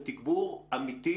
ותגבור אמיתי